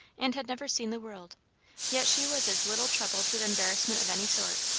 and had never seen the world yet she was as little troubled with embarrassment of any sort.